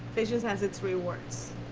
patience has its rewards.